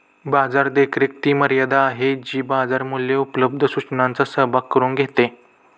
बाजार देखरेख ती मर्यादा आहे जी बाजार मूल्ये उपलब्ध सूचनांचा सहभाग करून घेते